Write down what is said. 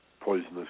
poisonous